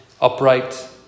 upright